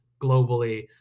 globally